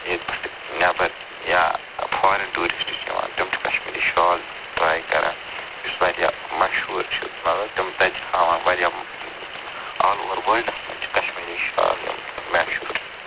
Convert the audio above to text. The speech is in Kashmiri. ییٚتہِ پٮ۪ٹھ نٮ۪بَر یا فارِن ٹوٗرشِٹ چھِ یِوان تِم تہِ چھِ کَشمیٖری شال ٹرٛاے کران یُس واریاہ مشہوٗر چھِ مطلب تِم تَتہِ ہاوان واریاہ آل اُوَر وٲرلڈَس منٛز چھِ کَشمیٖری شال یِم مہشوٗر چھِ